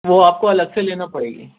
وہ آپ کو الگ سے لینا پڑے گی